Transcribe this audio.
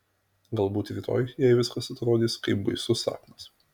galbūt rytoj jai viskas atrodys kaip baisus sapnas